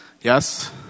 Yes